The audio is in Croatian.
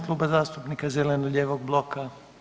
Kluba zastupnika zeleno-lijevog bloka.